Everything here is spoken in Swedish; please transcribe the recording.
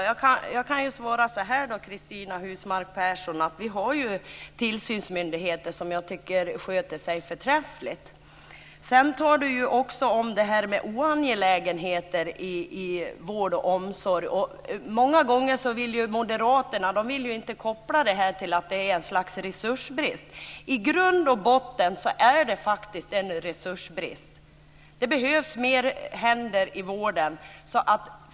Fru talman! Jag kan svara Cristina Husmark Pehrsson att vi har tillsynsmyndigheter som jag tycker sköter sig förträffligt. Cristina Husmark Pehrsson tar upp detta med oegentligheter inom vård och omsorg. Många gånger vill inte Moderaterna koppla detta till att det råder resursbrist. I grund och botten råder det faktiskt resursbrist. Det behövs fler händer i vården.